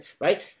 right